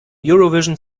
eurovision